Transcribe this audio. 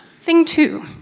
thing two.